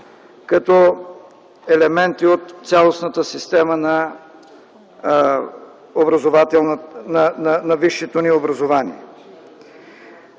като елементи от цялостната система на висшето ни образование.